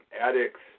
addicts